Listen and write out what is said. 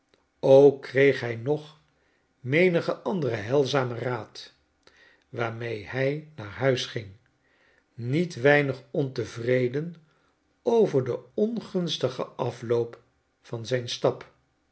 ook kreeg hij nog menigen anderen heilzamen raad waarmee hij naar huis ging niet weinig ontevreden over den ongunstigen afloop van zijn stap